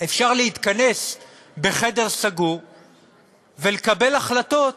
אפשר להתכנס בחדר סגור ולקבל החלטות